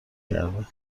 کرده